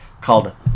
Called